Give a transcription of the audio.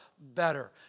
better